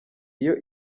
iyo